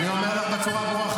אני אומר לך בצורה ברורה,